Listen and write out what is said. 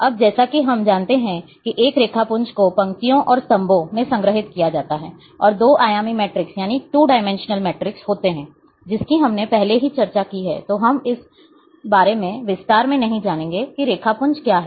अब जैसा कि हम जानते हैं कि एक रेखापुंज को पंक्तियों और स्तंभों में संग्रहीत किया जाता है और दो आयामी मैट्रिक्स होते हैं जिसकी हमने पहले ही चर्चा की है तो हम इस बारे में विस्तार से नहीं जानेंगे कि रेखापुंज क्या है